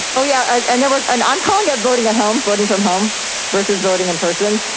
oh, yeah, i never, and i'm calling it voting at home, voting from home versus voting in-person.